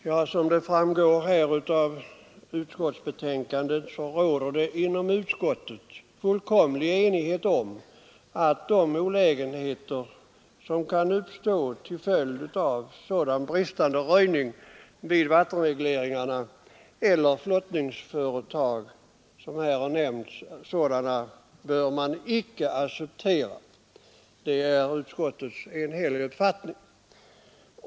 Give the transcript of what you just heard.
Fru talman! Som framgår av utskottsbetänkandet råder det inom utskottet fullkomlig enighet om att de olägenheter som kan uppstå till följd av sådan bristande röjning vid vattenregleringarna eller flottningsföretagen som här nämnts icke bör accepteras. Det är utskottets enhälliga uppfattning.